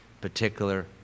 particular